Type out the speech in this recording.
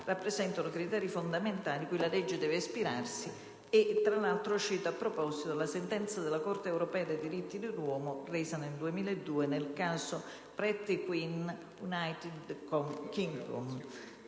rappresentano i criteri fondamentali a cui la legge deve ispirarsi. A tal proposito cito la sentenza della Corte europea dei diritti dell'uomo, resa nel 2002 nel caso "Pretty -United Kingdom".